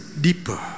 deeper